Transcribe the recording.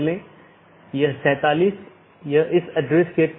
तो यह कुछ सूचित करने जैसा है